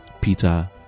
Peter